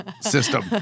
system